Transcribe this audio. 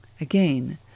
Again